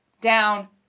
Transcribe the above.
down